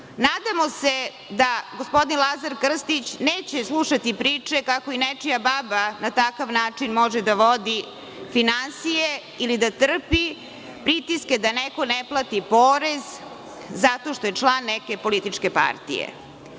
se da gospodin Lazar Krstić neće slušati priče - kako nečija baba na takav način može da vodi finansije, ili da trpi pritiske da neko ne plati porez zato što je član neke političke